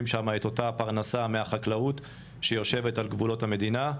שם את אותה הפרנסה מהחקלאות שיושבת על גבולות המדינה,